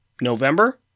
November